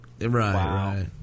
right